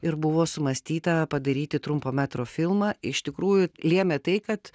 ir buvo sumąstyta padaryti trumpo metro filmą iš tikrųjų lėmė tai kad